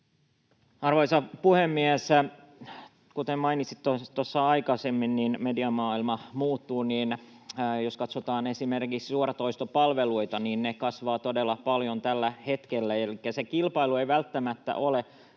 Arvoisa puhemies! Kuten mainitsin tuossa aikaisemmin, mediamaailma muuttuu. Jos katsotaan esimerkiksi suoratoistopalveluita, niin ne kasvavat todella paljon tällä hetkellä. Elikkä se kilpailu ei välttämättä ole